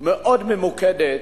מאוד ממוקדת,